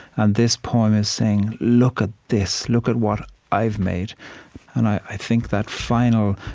and this poem is saying, look at this. look at what i've made and i think that final,